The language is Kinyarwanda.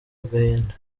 agahinda